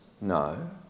no